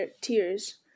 tears